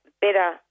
better